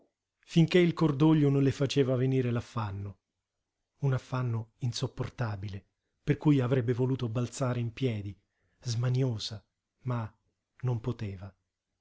finché il cordoglio non le faceva venire l'affanno un affanno insopportabile per cui avrebbe voluto balzare in piedi smaniosa ma non poteva